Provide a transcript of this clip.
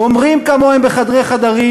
אומרים כמוהם בחדרי חדרים.